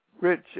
rich